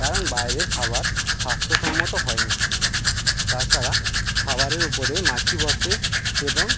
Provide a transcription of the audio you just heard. কারণ বাইরের খাবার স্বাস্থ্যসম্মত হয় না তাছাড়া খাবারের ওপরে মাছি বসে এবং